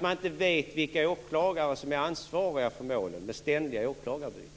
Man vet inte vilka åklagare som är ansvariga för målen på grund av de ständiga åklagarbytena.